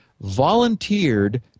volunteered